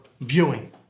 viewing